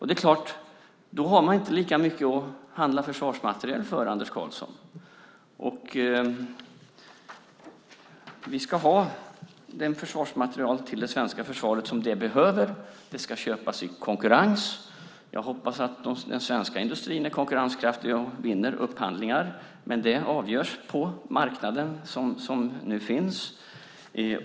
Det är klart att man då inte har lika mycket att handla försvarsmateriel för, Anders Karlsson. Vi ska ha den försvarsmateriel till det svenska försvaret som det behöver. Den ska köpas i konkurrens. Jag hoppas att den svenska industrin är konkurrenskraftig och vinner upphandlingar, men det avgörs på marknaden, som nu finns.